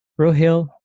Rohil